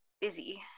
busy